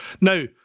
Now